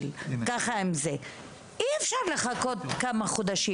שיהיה אישורים עליהם,